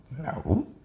No